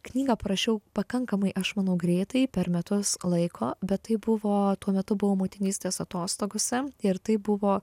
knygą parašiau pakankamai aš manau greitai per metus laiko bet tai buvo tuo metu buvau motinystės atostogose ir tai buvo